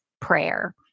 prayer